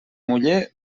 muller